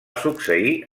succeir